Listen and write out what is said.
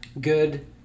good